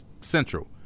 Central